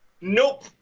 Nope